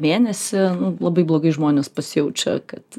mėnesį labai blogai žmonės pasijaučia kad